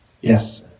Yes